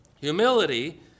Humility